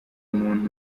umuntu